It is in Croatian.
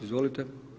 Izvolite.